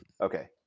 okay